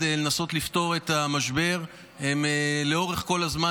היא לנסות לפתור את המשבר לאורך כל הזמן,